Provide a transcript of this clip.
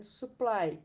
supply